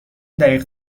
دقیق